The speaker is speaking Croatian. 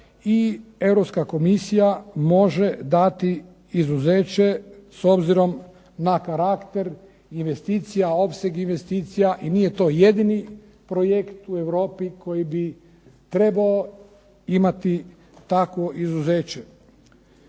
i Europska komisija može dati izuzeće s obzirom na karakter investicija, opseg investicija i nije to jedini projekt u Europi koji bi trebao imati takvo izuzeće.